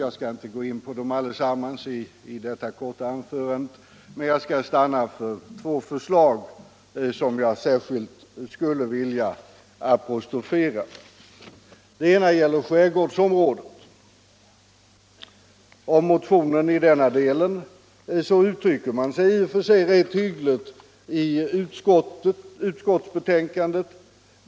Jag skall inte gå in på dem alla i detta korta anförande, men jag skall stanna för två förslag som jag särskilt skulle vilja apostrofera. Det ena gäller skärgårdsområdet. Om motionen i denna del uttrycker man sig i och för sig rätt hyggligt i utskottsbetänkandet.